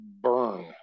burn